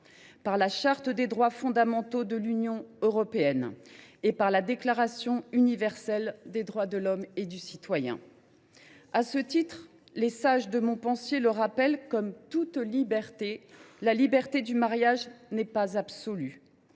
par la Charte des droits fondamentaux de l’Union européenne et par la Déclaration universelle des droits de l’homme et du citoyen. De plus, les sages de la rue de Montpensier rappellent que, comme toute liberté, la liberté du mariage n’est pas absolue,